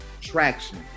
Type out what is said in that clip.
traction